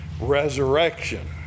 resurrection